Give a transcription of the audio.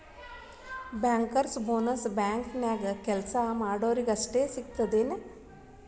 Bankers bonus ಬ್ಯಾಂಕ್ನ್ಯಾಗ್ ಕೆಲ್ಸಾ ಮಾಡೊರಿಗಷ್ಟ ಸಿಗ್ತದೇನ್?